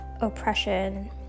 oppression